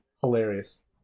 Hilarious